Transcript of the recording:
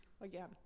again